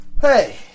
Hey